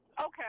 Okay